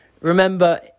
remember